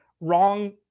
wrong